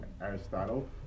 Aristotle